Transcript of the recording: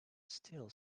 still